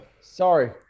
Sorry